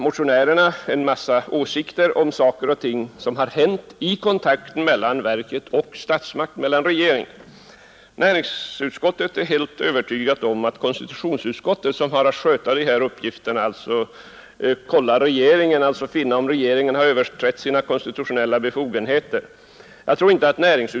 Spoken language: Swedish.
Motionärerna uttalar sina åsikter om vad som hänt i kontakterna mellan FFV och regeringen. Näringsutskottet är helt övertygat om att konstitutionsutskottet, som har att granska om regeringen överträtt sina konstitutionella befogenheter, kommer att ta upp även denna fråga om skäl förefinns.